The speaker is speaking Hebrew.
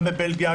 גם בבלגיה,